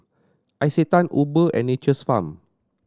Isetan Uber and Nature's Farm